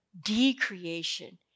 decreation